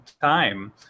time